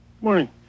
Morning